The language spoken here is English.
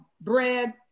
bread